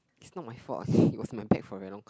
it's not my fault it was in my bag for very long